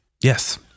Yes